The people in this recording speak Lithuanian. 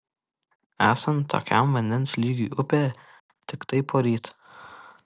esant tokiam vandens lygiui upėje tiktai poryt